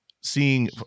seeing